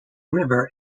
river